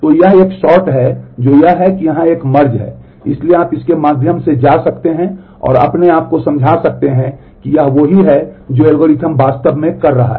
तो यह एक सॉर्ट है इसलिए आप इसके माध्यम से जा सकते हैं और अपने आप को समझा सकते हैं कि यह वही है जो एल्गोरिथम वास्तव में कर रहा है